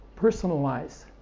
personalize